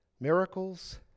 Miracles